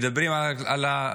מדברים על הרצח,